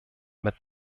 mit